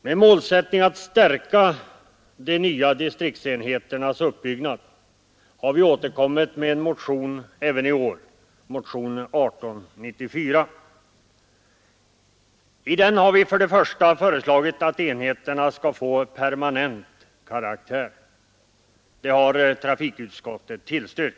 Med målsättningen att stärka de nya distriktsenheternas uppbyggnad har vi återkommit med en motion även i år, motionen 1894. I den har vi för det första föreslagit att enheterna skall få permanent karaktär. Det har trafikutskottet tillstyrkt.